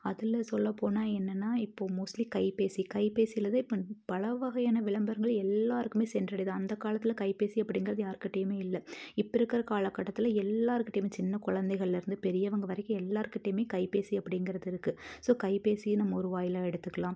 அதில் சொல்ல போனால் என்னன்னால் இப்போது மோஸ்ட்லி கைபேசி கைபேசியில் தான் இப்போ பலவகையான விளம்பரங்கள் எல்லோருக்குமே சென்றடையுது அந்த காலத்தில் கைபேசி அப்படிங்கிறது யார்க்கிட்டையுமே இல்லை இப்போ இருக்கிற காலக்கட்டத்தில் எல்லார்க்கிட்டையுமே சின்ன குழந்தைகள்லருந்து பெரியவங்க வரைக்கும் எல்லார்க்கிட்டையுமே கைபேசி அப்படிங்கிறது இருக்குது ஸோ கைபேசியை நம்ம ஒரு வாயிலாக எடுத்துக்கலாம்